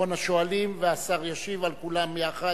אחרון השואלים, והשר ישיב על כולם יחד.